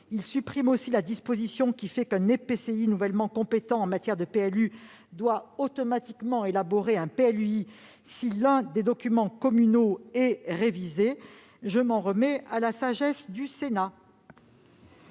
à supprimer la disposition selon laquelle un EPCI nouvellement compétent en matière de PLU doit automatiquement élaborer un PLUi si l'un des documents communaux est révisé. La commission s'en remet à la sagesse du Sénat